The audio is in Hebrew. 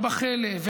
בחלף,